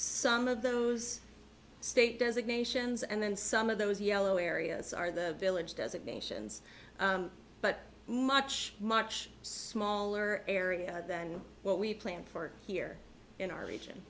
some of those state designations and then some of those yellow areas are the village designations but much much smaller area than what we plan for here in our